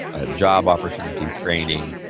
ah job opportunity training,